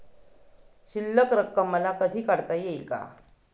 शिल्लक रक्कम मला कधी काढता येईल का?